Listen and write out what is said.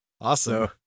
Awesome